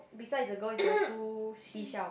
beside the girl is the two seashell